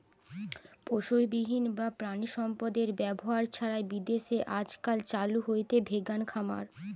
পশুবিহীন বা প্রাণিসম্পদএর ব্যবহার ছাড়াই বিদেশে আজকাল চালু হইচে ভেগান খামার